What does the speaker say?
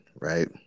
right